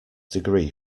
degree